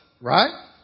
right